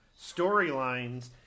storylines